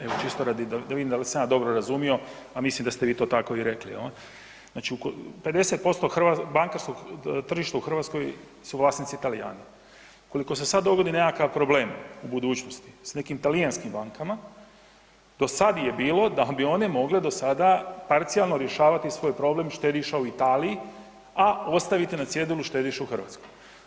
Evo čisto da vidim da li sam ja dobro razumio, a mislim da ste vi to tako i rekli, znači 50% banke su tržišta u Hrvatskoj su vlasnici Talijani, ukoliko se sada dogodi nekakav problem u budućnosti s nekim talijanskim bankama, do sada je bilo da bi one mogle do sada parcijalno rješavati svoj problem štediša u Italiji, a ostaviti na cjedilu štediše u Hrvatskoj.